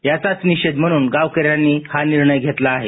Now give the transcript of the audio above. याचाच निषेध समस्या गावकऱ्यांनी हा निर्णय घेतला आहे